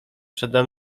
przede